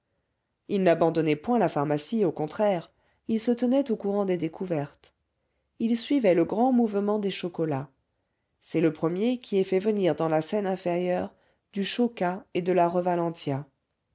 il n'abandonnait point la pharmacie au contraire il se tenait au courant des découvertes il suivait le grand mouvement des chocolats c'est le premier qui ait fait venir dans la seineinférieure du cho ca et de la